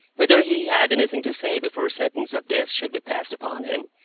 whether he had anything to say before sentence of death should be passed upon him,